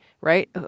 right